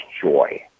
joy